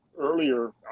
earlier